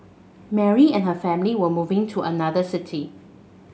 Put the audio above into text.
Mary and her family were moving to another city